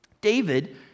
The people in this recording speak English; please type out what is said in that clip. David